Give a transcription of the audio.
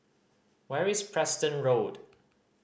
where is Preston Road